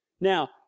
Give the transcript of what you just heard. Now